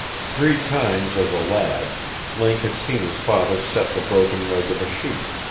three times as a lad link had seen his father set the broken leg of a sheep,